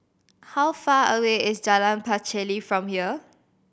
how far away is Jalan Pacheli from here